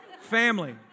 Family